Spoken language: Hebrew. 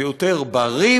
זה יותר בריא,